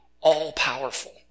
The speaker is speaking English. all-powerful